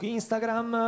Instagram